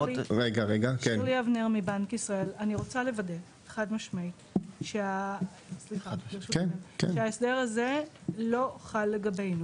אני רוצה לוודא חד משמעית שההסדר הזה לא חל לגבינו.